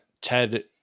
ted